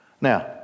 Now